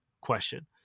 question